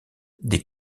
des